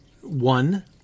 One